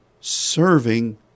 serving